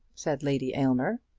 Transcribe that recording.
said lady aylmer.